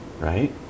Right